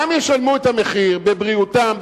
גם ישלמו את המחיר בבריאותם,